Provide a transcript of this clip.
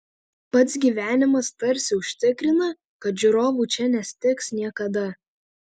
pats gyvenimas tarsi užtikrina kad žiūrovų čia nestigs niekada